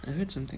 I heard something